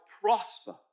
prosper